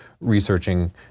researching